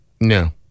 No